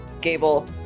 Gable